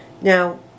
now